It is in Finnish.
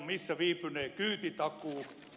missä viipynee kyytitakuu